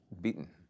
beaten